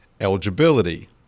eligibility